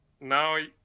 Now